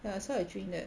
ya so I drink that